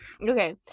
Okay